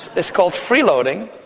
it's called freeloading.